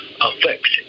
affects